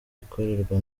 ikorwa